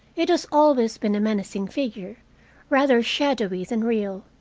it has always been a menacing figure rather shadowy than real.